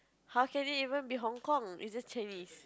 how can it even be Hong Kong it's just Chinese